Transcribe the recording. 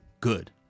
good